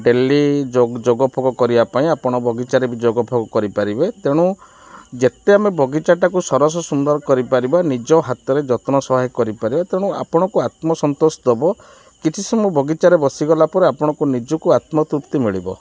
daily ଯୋଗ ଯୋଗଫୋଗ କରିବା ପାଇଁ ଆପଣ ବଗିଚାରେ ବି ଯୋଗଫୋଗ କରିପାରିବେ ତେଣୁ ଯେତେ ଆମେ ବଗିଚାଟାକୁ ସରସ ସୁନ୍ଦର କରିପାରିବା ନିଜ ହାତରେ ଯତ୍ନ ସହାୟକ କରିପାରିବା ତେଣୁ ଆପଣଙ୍କୁ ଆତ୍ମସନ୍ତୋଷ ଦେବ କିଛି ସମୟ ବଗିଚାରେ ବସିଗଲା ପରେ ଆପଣଙ୍କୁ ନିଜକୁ ଆତ୍ମତୃପ୍ତି ମିଳିବ